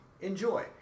Enjoy